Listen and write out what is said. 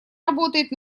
работает